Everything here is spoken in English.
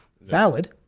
valid